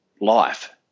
life